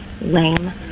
lame